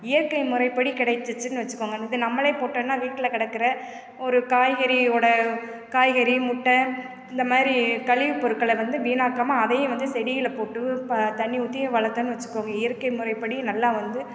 இயற்கை முறைப்படி கிடைச்சிச்சின்னு வச்சிக்கோங்க இது நம்மளே போட்டோன்னா வீட்டில கிடக்குற ஒரு காய்கறி ஓட காய்கறி முட்டை இந்த மாதிரி கழிவுப் பொருட்களை வந்து வீணாக்காமல் அதையும் வந்து செடியில் போட்டு ப தண்ணி ஊத்தி வளர்த்தன்னு வச்சிக்கோங்க இயற்கை முறைப்படி நல்லா வந்து